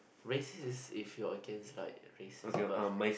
racist if you are against like racist birth